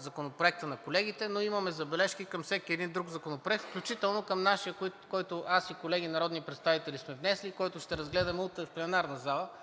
Законопроекта на колегите, но имаме и забележки към всеки един друг законопроект, включително към нашия, който аз и колеги народни представители сме внесли, който ще разгледаме утре в пленарната залата